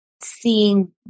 seeing